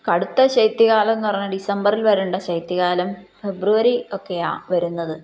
കടുത്ത ശൈത്യകാലമെന്നു പറഞ്ഞാല് ഡിസംബറിൽ വരേണ്ട ശൈത്യകാലം ഫെബ്രുവരി ഒക്കെയാണു വരുന്നത്